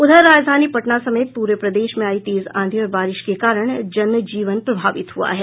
उधर राजधानी पटना समेत पूरे प्रदेश में आयी तेज आंधी और बारिश के कारण जन जीवन प्रभावित हुआ है